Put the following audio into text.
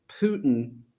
Putin